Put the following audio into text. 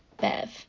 Bev